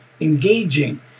engaging